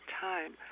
time